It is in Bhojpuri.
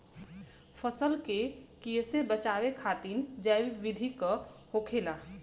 फसल के कियेसे बचाव खातिन जैविक विधि का होखेला?